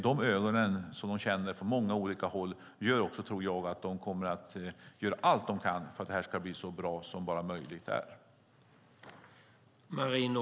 De ögonen, som de känner från många olika håll, tror jag gör att de kommer att göra allt de kan för att det ska bli så bra som det någonsin är möjligt.